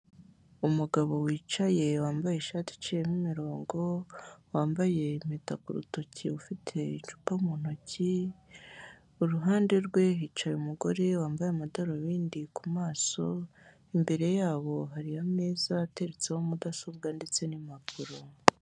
Umugabo wicaye wambaye ishati iciyemo imirongo wambaye impeta ku rutoki ufite icupa mu ntoki, iruhande rwe hicaye umugore wambaye amadarubindi ku maso imbere yabo hari ameza ateretseho mudasobwa ndetse n'impapuro.